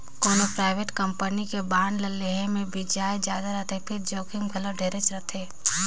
कोनो private company के bond ल लेहे मे बियाज जादा रथे फिर जोखिम घलो ढेरेच रथे